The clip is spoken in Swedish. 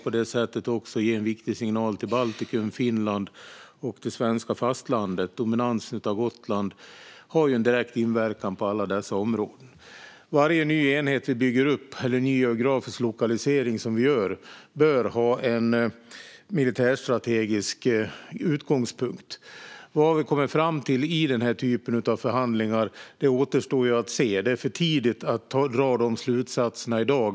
På detta sätt kunde man även ge en viktig signal till Baltikum, Finland och det svenska fastlandet. Dominans av Gotland har ju en direkt inverkan på alla dessa områden. Varje ny enhet som vi bygger upp eller ny geografisk lokalisering som vi gör bör ha en militärstrategisk utgångspunkt. Vad vi har kommit fram till i dessa förhandlingar återstår att se. Det är för tidigt att i dag dra sådana slutsatser.